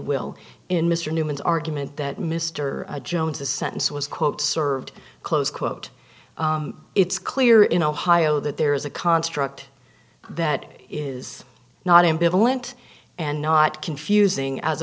will in mr newman's argument that mr jones the sentence was quote served close quote it's clear in ohio that there is a construct that is not ambivalent and not confusing as